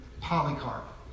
Polycarp